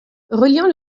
reliant